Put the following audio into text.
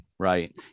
Right